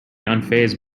unfazed